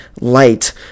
light